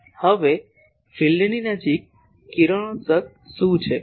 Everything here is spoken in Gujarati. હવે ફિલ્ડની નજીક કિરણોત્સર્ગ શું છે